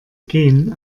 gen